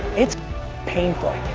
it's painful.